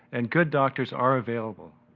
and good doctors are available.